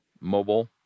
mobile